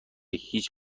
هیچ